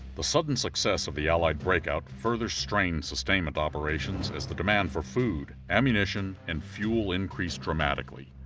the so red and success of the allied breakout further strained sustainment operations as the demand for food, ammunition, and fuel increased dramatically.